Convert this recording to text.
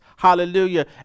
Hallelujah